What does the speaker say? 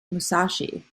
musashi